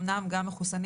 אמנם גם מחוסנים